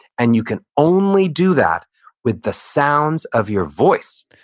and you can only do that with the sounds of your voice